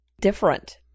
different